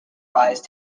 rise